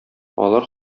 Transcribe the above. алар